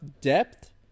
depth